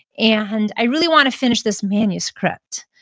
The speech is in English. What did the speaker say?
and i really want to finish this manuscript.